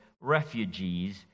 refugees